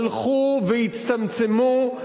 הלכו והצטמצמו,